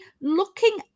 looking